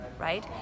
right